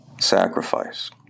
sacrifice